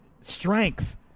strength